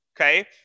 okay